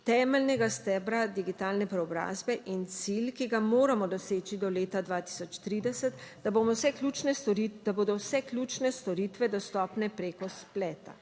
temeljnega stebra digitalne preobrazbe in cilj, ki ga moramo doseči do leta 2030, da bomo vse ključne storitve, da bodo vse